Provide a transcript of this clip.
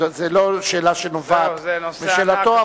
זאת לא שאלה שנובעת משאלתו,